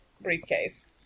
briefcase